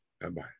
Bye-bye